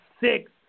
six